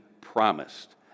promised